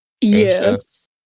Yes